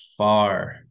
far